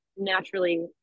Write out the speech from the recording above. naturally